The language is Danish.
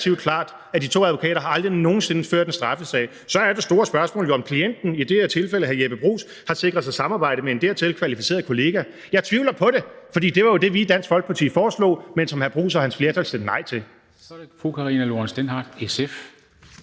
at de to advokater aldrig nogen sinde har ført en straffesag. Så er det store spørgsmål jo, om klienten, i det her tilfælde hr. Jeppe Bruus, har sikret sig samarbejde med en dertil kvalificeret kollega. Jeg tvivler på det, for det var jo det, vi i Dansk Folkeparti foreslog, men som hr. Jeppe Bruus og hans flertal stemte nej til.